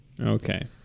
Okay